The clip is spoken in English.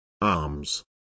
Arms